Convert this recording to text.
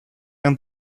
and